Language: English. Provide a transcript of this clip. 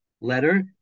letter